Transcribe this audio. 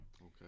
Okay